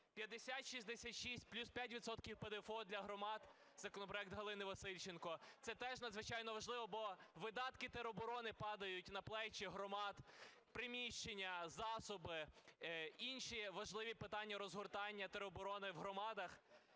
5066: плюс 5 відсотків ПДФО для громад, законопроект Галини Васильченко. Це теж надзвичайно важливо, бо видатки тероборони падають на плечі громад: приміщення, засоби й інші важливі питання розгортання тероборони в громадах.